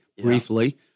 briefly